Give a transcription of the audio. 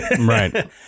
right